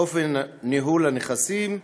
אופן ניהול הנכסים,